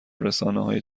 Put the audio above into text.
رسانههای